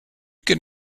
can